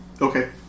Okay